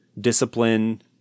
discipline